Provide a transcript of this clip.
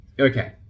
Okay